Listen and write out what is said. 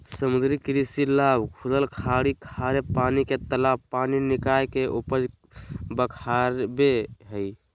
समुद्री कृषि लाभ खुलल खाड़ी खारे पानी के तालाब पानी निकाय के उपज बराबे हइ